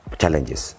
challenges